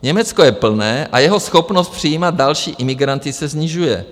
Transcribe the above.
Německo je plné a jeho schopnost přijímat další imigranty se snižuje.